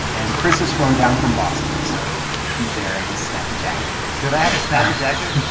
and chris is flown down from boston. so he's there in his snappy jacket did i have a snappy jacket?